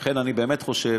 לכן, אני באמת חושב